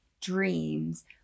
dreams